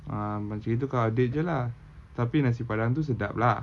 uh macam gitu kau order jer lah tapi nasi padang tu sedap lah